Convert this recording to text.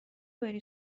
بری